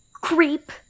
creep